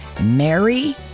Mary